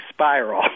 Spiral